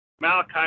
Malachi